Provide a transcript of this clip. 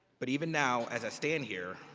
but even now as i stand here,